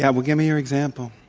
yeah, well give me your example.